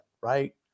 right